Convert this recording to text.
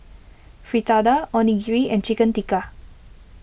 Fritada Onigiri and Chicken Tikka